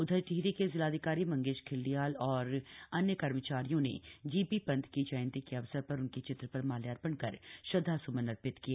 उधर टिहरी के जिलाधिकारी मंगेश घिल्डियाल और अन्य कर्मचारियों ने जीबी ांत की जयंती के अवसर र उनके चित्र र माल्यार्तण कर श्रदधा स्मन अर्पित किए